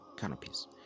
canopies